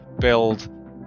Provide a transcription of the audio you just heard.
build